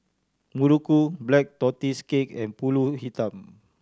muruku Black Tortoise Cake and Pulut Hitam